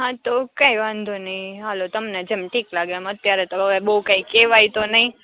હા તો કાંઇ વાંધો નઇ હાલો તમને જેમ ઠીક લાગે એમ અત્યારે તોહવે બઉ કાંઇ કેવાય તો નઇ